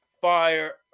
fire